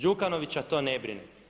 Đukanovića to ne brine.